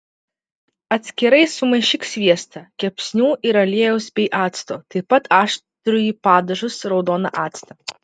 atskirai sumaišyk sviestą kepsnių ir aliejaus bei acto taip pat aštrųjį padažus raudoną actą